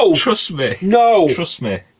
so trust me. no! trust me.